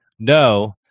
No